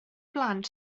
blant